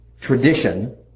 tradition